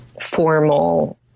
formal